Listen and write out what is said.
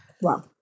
Wow